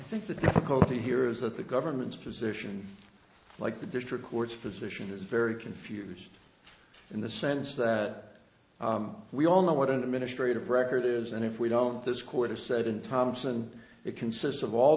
i think the difficulty here is that the government's position like the district court's position is very confused in the sense that we all know what an administrative record is and if we don't this court has said in thomson it consists of all